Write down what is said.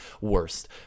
worst